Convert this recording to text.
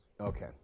Okay